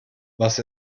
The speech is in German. was